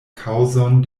kaŭzon